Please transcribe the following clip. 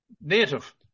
native